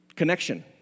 connection